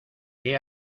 qué